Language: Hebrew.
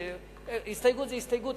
הסתייגות זו הסתייגות,